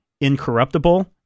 Incorruptible